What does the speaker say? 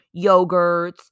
yogurts